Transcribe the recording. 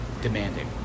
demanding